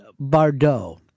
Bardot